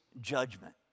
judgment